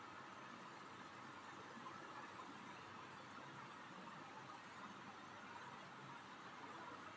सीधे उर्वरक वे होते हैं जो पौधों को केवल एक प्राथमिक पोषक तत्व प्रदान करते हैं